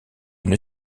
une